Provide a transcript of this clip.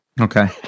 Okay